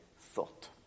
thought